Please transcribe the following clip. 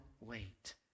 wait